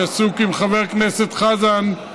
שעסוק עם חבר הכנסת חזן.